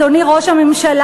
אדוני ראש הממשלה,